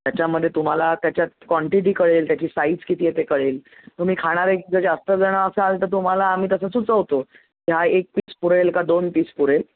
त्याच्यामध्ये तुम्हाला त्याच्यात क्वांटिटी कळेल त्याची साईझ किती आहे ते कळेल तुम्ही खाणारे जर जास्त जण असाल तर तुम्हाला आम्ही तसं सुचवतो जे हा एक पीस पुरेल का दोन पीस पुरेल